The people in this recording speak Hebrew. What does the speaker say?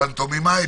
פנטומימאי,